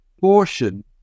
portion